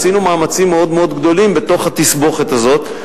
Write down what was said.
שעשינו מאמצים מאוד מאוד גדולים בתוך התסבוכת הזאת.